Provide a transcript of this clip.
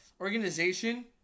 Organization